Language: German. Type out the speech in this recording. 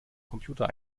computer